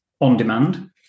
on-demand